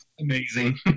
Amazing